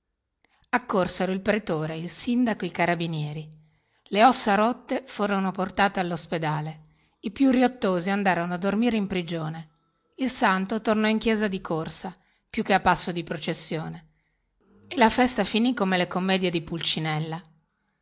benedetto accorsero il pretore il sindaco i carabinieri le ossa rotte furono portate allospedale i più riottosi andarono a dormire in prigione il santo tornò in chiesa a corsa piuttosto che a passo di processione e la festa finì come le commedie di pulcinella